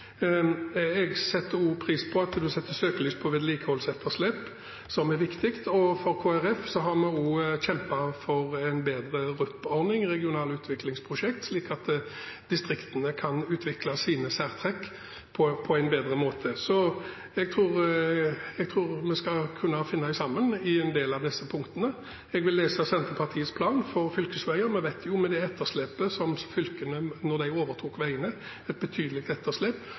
Jeg tror vi kan ha felles interesse i å styrke distriktene, der verdiskapingen skjer. Jeg setter også pris på at Greni setter søkelys på vedlikeholdsetterslep, som er viktig. Kristelig Folkeparti har også kjempet for en bedre RUP-ordning, regionale utviklingsprosjekt, slik at distriktene kan utvikle sine særtrekk på en bedre måte. Så jeg tror vi skal kunne finne sammen i en del av disse punktene. Jeg vil lese Senterpartiets plan for fylkesveier. Vi vet at det var et betydelig etterslep